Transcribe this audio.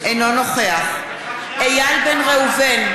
אינו נוכח איל בן ראובן,